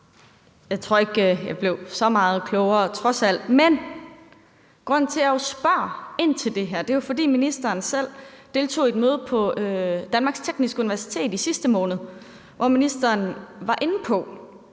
jeg ikke tror, jeg blev så meget klogere. Men grunden til, at jeg spørger ind til det her, er jo, at ministeren selv deltog i et møde på Danmarks Tekniske Universitet i sidste måned, hvor ministeren var inde på,